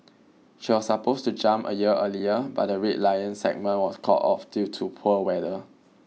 she was supposed to jump a year earlier but the Red Lions segment was called off due to poor weather